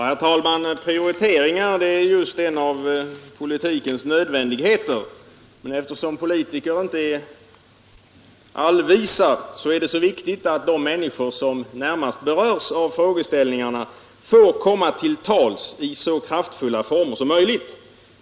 Herr talman! Prioritering är just en av politikens nödvändigheter, men eftersom politiker inte är allvisa är det viktigt att de människor som närmast berörs av frågeställningarna får komma till tals i så kraftfulla former som möjligt.